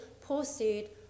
posted